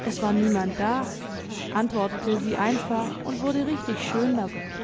es war niemand da antwortete sie einfach und wurde richtig schön dabei